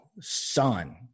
Son